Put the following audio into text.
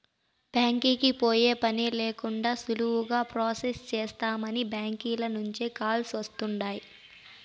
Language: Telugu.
బ్యాంకీకి పోయే పనే లేకండా సులువుగా ప్రొసెస్ చేస్తామని బ్యాంకీల నుంచే కాల్స్ వస్తుండాయ్